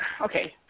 Okay